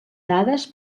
dades